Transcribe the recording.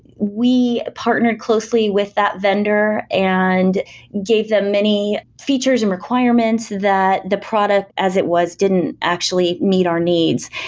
we partnered closely with that vendor and gave them many features and requirements that the product as it was didn't actually meet our needs,